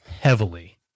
heavily